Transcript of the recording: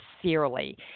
sincerely